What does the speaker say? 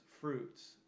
fruits